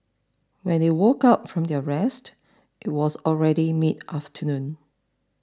when they woke up from their rest it was already mid afternoon